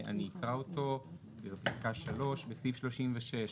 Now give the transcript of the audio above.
בפסקה (3): בסעיף 36,